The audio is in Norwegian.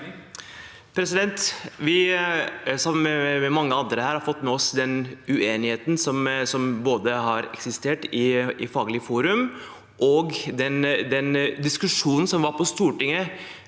her har vi fått med oss den uenigheten som har eksistert i faglige forum, og den diskusjonen som var på Stortinget.